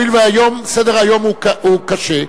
הואיל והיום סדר-היום הוא קשה,